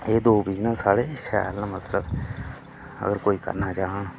एह् दो बिजनेस शैल न मतलब अगर कोई करना चाह्न